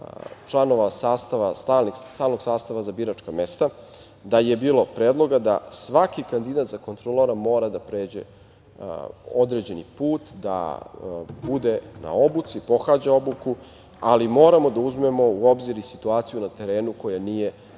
sastava, stalnog sastava za biračka mesta, da je bilo predloga da svaki kandidat za kontrolora mora da pređe određeni put, da bude na obuci, pohađa obuku, ali moramo da uzmemo u obzir i situaciju na terenu koja nije